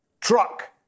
truck